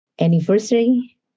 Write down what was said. anniversary